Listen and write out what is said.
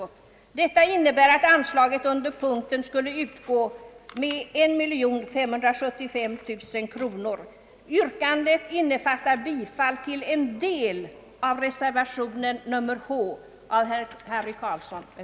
Detta innebär att anslaget i fråga skulle utgå med 1575 000 kronor. Yrkandet innefattar bifall till en del av reservationen vid